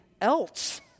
else